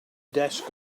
desk